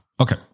Okay